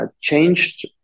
changed